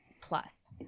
plus